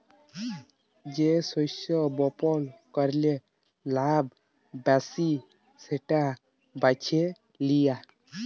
যে শস্য বপল ক্যরে লাভ ব্যাশি সেট বাছে লিয়া